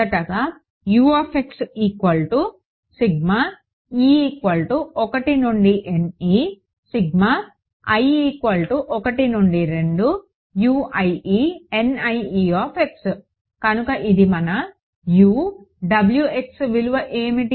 మొదటగా కనుక ఇది మన U Wx విలువ ఏమిటి